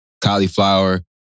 cauliflower